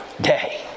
day